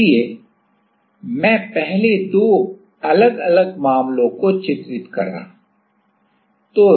इसलिए तो मैं पहले दो अलग अलग मामलों को चित्रित कर रहा हूं